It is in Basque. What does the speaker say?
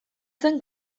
zen